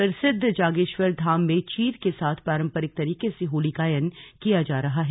प्रसिद्ध जागेश्वर धाम में चीर के साथ पारम्परिक तरीके से होली गायन किया जा रहा है